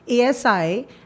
ASI